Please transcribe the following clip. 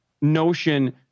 notion